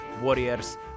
Warriors